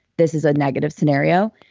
this is a negative scenario.